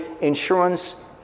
insurance